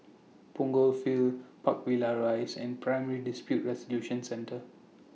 Punggol Field Park Villas Rise and Primary Dispute Resolution Centre